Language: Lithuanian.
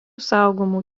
saugomų